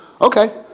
Okay